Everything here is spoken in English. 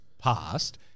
past